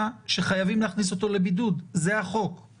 זה שאנחנו בתוך שירות בתי הסוהר,